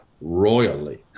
royally